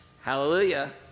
Hallelujah